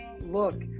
look